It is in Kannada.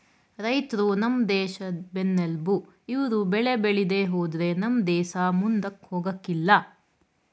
ರೈತ್ರು ನಮ್ ದೇಶದ್ ಬೆನ್ನೆಲ್ಬು ಇವ್ರು ಬೆಳೆ ಬೇಳಿದೆ ಹೋದ್ರೆ ನಮ್ ದೇಸ ಮುಂದಕ್ ಹೋಗಕಿಲ್ಲ